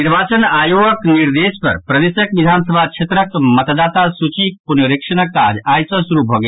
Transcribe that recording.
निर्वाचन आयोगक निर्देश पर प्रदेशक विधानसभा क्षेत्रक मतदाता सूचीक पुनरीक्षणक काज आई सँ शुरू भऽ गेल